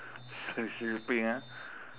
so sleeping ah